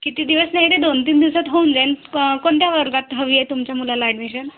किती दिवस नाही आहे ते दोनतीन दिवसांत होऊन जाईन क कोणत्या वर्गात हवी आहे तुमच्या मुलाला ॲडमिशन